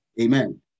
Amen